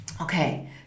Okay